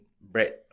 bread